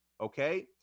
Okay